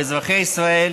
באזרחי ישראל,